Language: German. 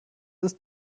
ist